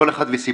כל אחד וסיבתו,